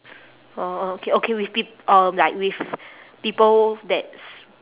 or or okay okay with peop~ um like with people that's